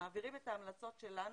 מעבירים את ההמלצות שלנו,